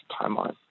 timeline